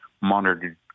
monitored